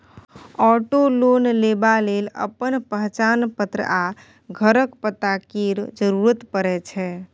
auto loan लेबा लेल अपन पहचान पत्र आ घरक पता केर जरुरत परै छै